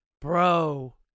Bro